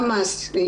מופרות,